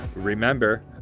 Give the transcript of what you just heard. Remember